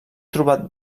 trobat